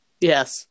Yes